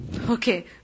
Okay